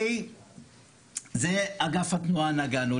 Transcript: זה אגף התנועה נגענו.